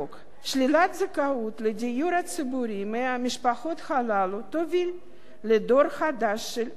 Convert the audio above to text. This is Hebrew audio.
שלילת זכאות לדיור ציבורי מהמשפחות הללו תוביל לדור חדש של עוני,